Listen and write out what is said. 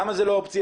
למה זה לא אופציה?